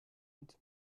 und